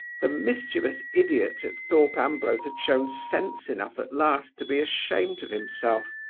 the mischievous idiot at thorpe ambrose had shown sense enough at last to be ashamed of himself.